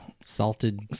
Salted